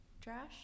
trash